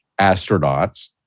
astronauts